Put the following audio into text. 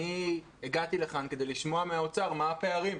הגעתי לכאן לשמוע מהאוצר מה הפערים.